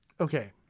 Okay